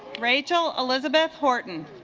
rachel elizabeth horton